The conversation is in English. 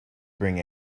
bring